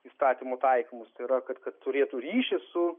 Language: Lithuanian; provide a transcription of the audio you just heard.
įstatymų taikomus tai yra kad kad turėtų ryšį su